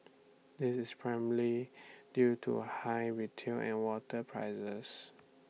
this is primarily due to A high retail and water prices